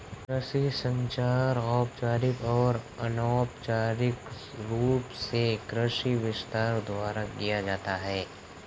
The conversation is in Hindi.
कृषि संचार औपचारिक और अनौपचारिक रूप से कृषि विस्तार द्वारा किया जाता है